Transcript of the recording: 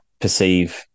perceive